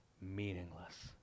meaningless